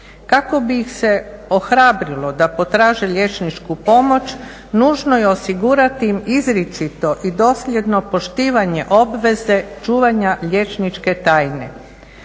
Kako bi ih se ohrabrilo da potraže liječničku pomoć nužno je osigurati im izričito i dosljedno poštivanje obveze čuvanja liječničke tajne.